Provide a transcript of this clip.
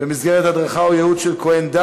אני מצרף את קולותיהם של חברת הכנסת נורית קורן,